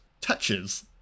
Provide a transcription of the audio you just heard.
touches